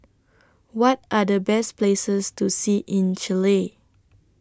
What Are The Best Places to See in Chile